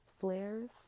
flares